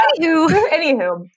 Anywho